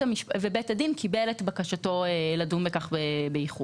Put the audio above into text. ובית הדין קיבל את בקשתו לדון בכך באיחור.